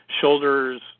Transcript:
shoulders